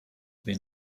been